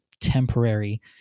temporary